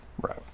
right